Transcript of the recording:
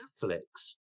Catholics